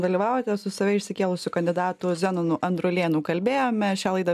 dalyvavote su save išsikėlusiu kandidatu zenonu androlėnu kalbėjome šią laidą